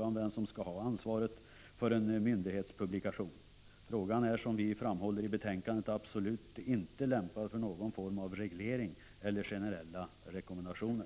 om vem som skall ha ansvaret för en myndighetspublikation kan vara ömtålig. Frågan är, som vi framhåller i betänkandet, absolut inte lämpad för någon form av reglering eller generella rekommendationer.